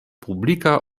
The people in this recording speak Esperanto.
publika